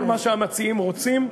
כל מה שהמציעים רוצים,